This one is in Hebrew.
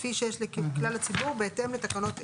כפי שיש לכלל הציבור בהתאם לתקנות אלה.